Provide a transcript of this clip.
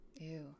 Ew